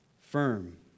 Firm